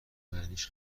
معنیش